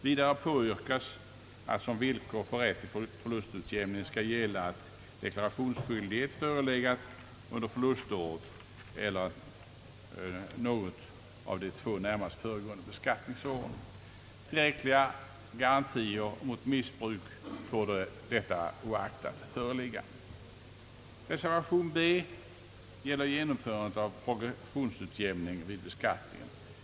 Vidare påyrkas att som villkor för rätt till förlustutjämning skall gälla, att deklarationsskyldighet förelegat under förluståret eller något av de två närmast föregående beskattningsåren. Tillräckliga garantier mot missbruk torde detta oaktat föreligga. av progressionsutjämningen vid beskattningen.